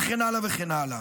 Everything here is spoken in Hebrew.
וכן הלאה וכן הלאה.